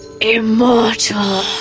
immortal